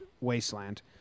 Wasteland